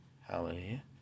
hallelujah